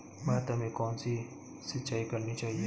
भाता में कौन सी सिंचाई करनी चाहिये?